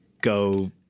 go